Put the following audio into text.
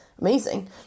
amazing